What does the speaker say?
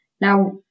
Now